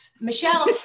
Michelle